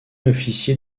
officier